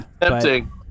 Tempting